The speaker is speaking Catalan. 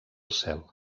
cel